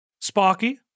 Sparky